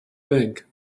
bank